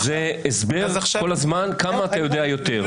זה כל הזמן הסבר כמה אתה יודע יותר.